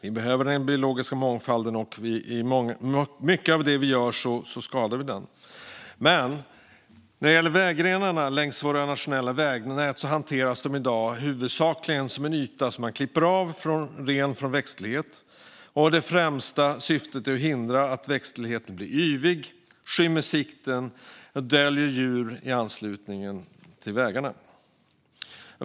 Vi behöver den biologiska mångfalden, och med mycket av det vi gör skadar vi den. Vägrenarna i vårt nationella vägnät hanteras i dag huvudsakligen som en yta som klipps ren från växtlighet. Det främsta syftet är att hindra att växtligheten blir yvig, skymmer sikten och döljer djur i anslutning till vägarna.